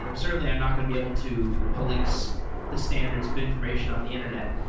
you know certainly, i'm not going to be able to police the standards of information on the internet.